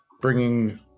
bringing